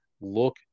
look